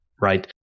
right